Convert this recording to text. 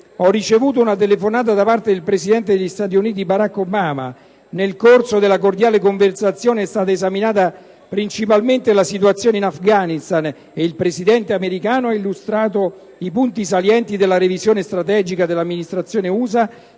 «Ho ricevuto una telefonata da parte del presidente degli Stati Uniti, Barack Obama. Nel corso della cordiale conversazione è stata esaminata principalmente la situazione in Afghanistan ed il Presidente americano ha illustrato i punti salienti della revisione strategica che l'amministrazione Usa